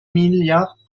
milliards